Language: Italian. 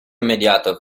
immediato